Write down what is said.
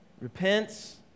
repents